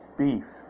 beef